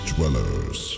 Dwellers